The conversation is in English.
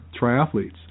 triathletes